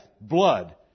blood